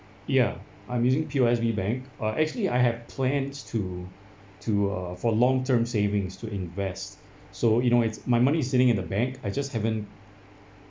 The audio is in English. ya I'm using P_O_S_B bank uh actually I had plans to to uh for long term savings to invest so you know it's my money is sitting in the bank I just haven't